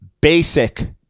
basic